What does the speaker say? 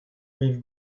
rive